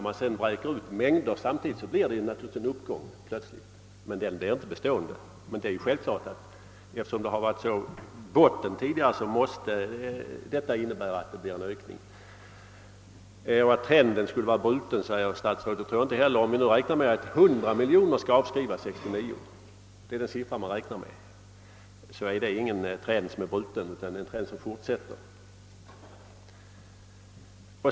Om man sedan vräker ut mängder på en gång blir det naturligtvis plötsligt en uppgång, men den blir inte bestående. Eftersom det har varit botten tidigare måste det bli bättre. Trenden är säkerligen inte bruten, som statsrådet ville göra gällande. Om man räknar med att 100 miljoner kronor skall avskrivas 1969 — det är den siffra som man räknar med — har inte trenden blivit bruten utan den fortsätter.